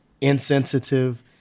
insensitive